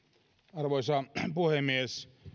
arvoisa puhemies